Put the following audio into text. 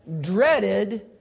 dreaded